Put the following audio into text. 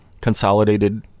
Consolidated